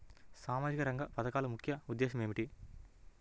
సామాజిక రంగ పథకాల ముఖ్య ఉద్దేశం ఏమిటీ?